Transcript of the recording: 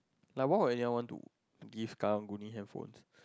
like why were you want to give karang guni handphones